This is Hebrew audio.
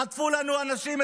חטפו לנו אנשים,